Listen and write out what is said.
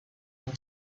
and